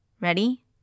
Ready